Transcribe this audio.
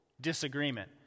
disagreement